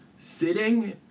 Sitting